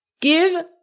Give